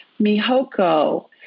Mihoko